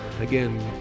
again